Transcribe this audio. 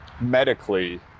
medically